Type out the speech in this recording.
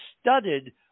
studded